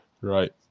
right